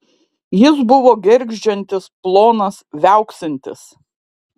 jis buvo gergždžiantis plonas viauksintis